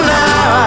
now